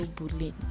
bullying